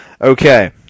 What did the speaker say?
Okay